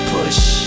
Push